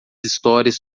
histórias